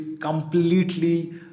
completely